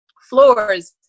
floors